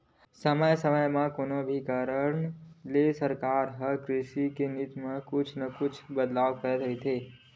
समे समे म कोनो भी कारन ले सरकार ह कृषि नीति म कुछु न कुछु बदलाव करत रहिथे